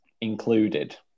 included